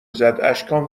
زد، اشکام